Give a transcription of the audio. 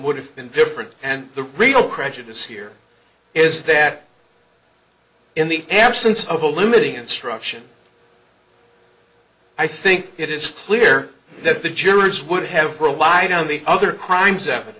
would have been different and the real prejudice here is that in the absence of a limiting instruction i think it is clear that the jurors would have relied on the other crimes ev